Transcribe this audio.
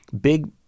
Big –